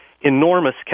enormous